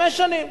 חמש שנים.